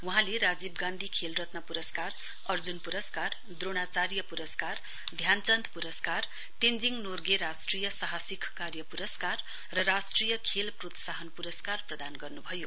वहाँले राजीव गान्धी खेल रत्न पुरस्कार अर्जुन पुरस्कार द्रोणाचार्य पुरस्कार ध्यानचन्द पुरस्कार तेश्निङ नोरगे राष्ट्रिय साहिसक कार्य पुरस्कार र राष्ट्रिय खेल प्रोत्साहन पुरस्कार प्रदान गर्नुभयो